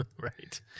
Right